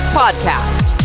podcast